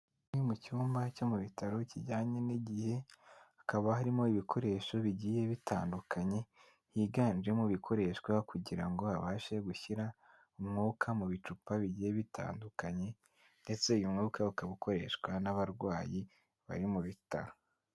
Kimwe mu cyumba cyo mu bitaro kijyanye n'igihe, hakaba harimo ibikoresho bigiye bitandukanye higanjemo ibikoreshwa kugira ngo babashe gushyira, umwuka mu bicupa bigiye bitandukanye, ndetse uyu mwuka ukaba koreshwa n'abarwayi bari mu bitaro